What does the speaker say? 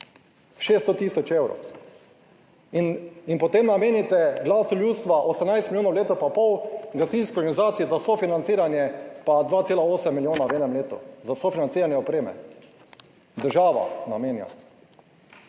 600.000 evrov in potem namenite glasu ljudstva 18 milijonov leto pa pol, gasilski organizaciji za sofinanciranje pa 2,8 milijona v enem letu, za sofinanciranje opreme država namenja.